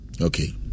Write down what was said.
Okay